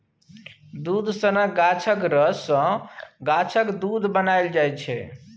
दुध सनक गाछक रस सँ गाछक दुध बनाएल जाइ छै